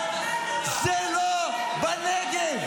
זה לא בנגב.